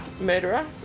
murderer